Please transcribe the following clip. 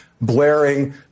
blaring